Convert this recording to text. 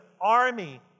army